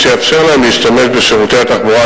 באופן שיאפשר להם להשתמש בשירותי התחבורה